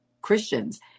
Christians